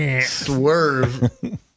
Swerve